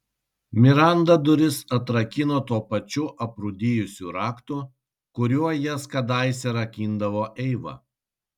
miranda duris atrakino tuo pačiu aprūdijusiu raktu kuriuo jas kadaise rakindavo eiva